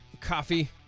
Coffee